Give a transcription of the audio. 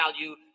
value